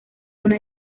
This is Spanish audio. una